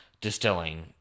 distilling